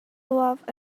laughed